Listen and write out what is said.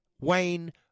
Wayne